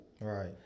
Right